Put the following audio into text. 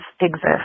exist